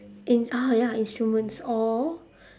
in ah ya instruments or